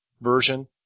version